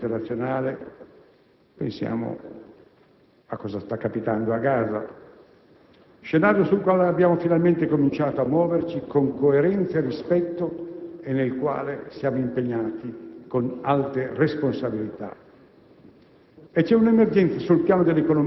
C'è un'emergenza sul piano della politica internazionale: pensiamo a cosa sta capitando a Gaza, che è uno scenario nel quale abbiamo finalmente cominciato a muoverci con coerenza e rispetto e nel quale siamo impegnati con alte responsabilità.